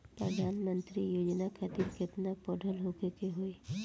प्रधानमंत्री योजना खातिर केतना पढ़ल होखे के होई?